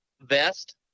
vest